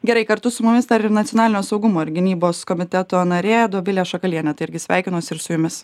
gerai kartu su mumis dar ir nacionalinio saugumo ir gynybos komiteto narė dovilė šakalienė tai irgi sveikinosi ir su jumis